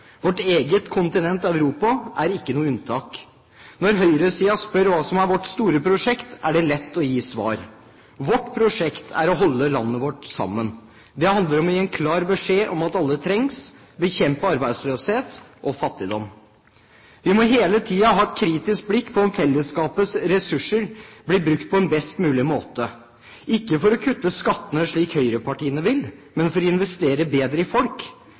Vårt eget kontinent, Europa, er ikke noe unntak. Når høyresiden spør om hva som er vårt store prosjekt, er det lett å gi svar. Vårt prosjekt er å holde landet vårt sammen. Det handler om å gi en klar beskjed om at alle trengs, og å bekjempe arbeidsløshet og fattigdom. Vi må hele tiden ha et kritisk blikk på om fellesskapets ressurser blir brukt på en best mulig måte – ikke for å kutte skattene, slik høyrepartiene vil, men for å investere bedre i folk.